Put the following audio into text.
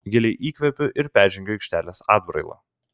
giliai įkvepiu ir peržengiu aikštelės atbrailą